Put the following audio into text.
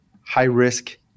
high-risk